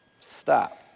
stop